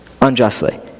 unjustly